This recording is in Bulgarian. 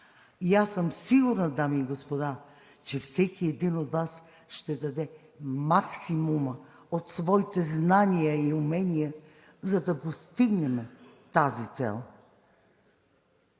Аз съм сигурна, дами и господа, че всеки един от Вас ще даде максимума от своите знания и умения, за да постигнем тази цел.